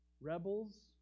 rebels